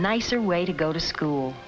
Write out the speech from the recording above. nicer way to go to school